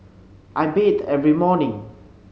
I bathe every morning